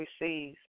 receives